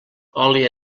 oli